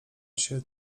się